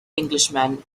englishman